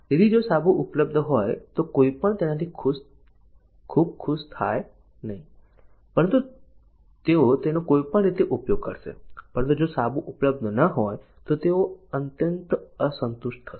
તેથી જો સાબુ ઉપલબ્ધ હોય તો કોઈ પણ તેનાથી ખૂબ ખુશ નહીં થાય પરંતુ તેઓ તેનો કોઈપણ રીતે ઉપયોગ કરશે પરંતુ જો સાબુ ઉપલબ્ધ ન હોય તો તેઓ અત્યંત અસંતુષ્ટ હશે